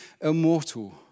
immortal